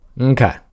Okay